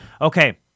Okay